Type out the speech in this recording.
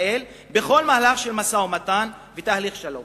ישראל בכל מהלך של משא-ומתן ותהליך שלום.